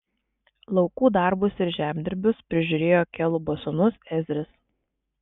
laukų darbus ir žemdirbius prižiūrėjo kelubo sūnus ezris